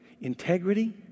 Integrity